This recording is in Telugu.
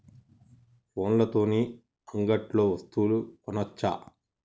ఫోన్ల తోని అంగట్లో వస్తువులు కొనచ్చా?